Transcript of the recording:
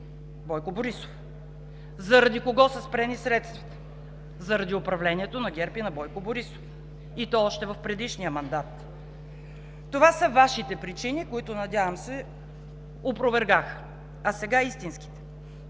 Бойко Борисов. Заради кого са спрени средствата? Заради управлението на ГЕРБ и на Бойко Борисов, и то още в предишния мандат. Това са Вашите причини, които, надявам се, опровергах. А сега – истинските.